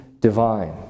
divine